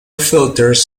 filters